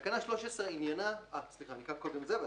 נתקבלה.